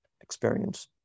experience